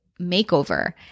makeover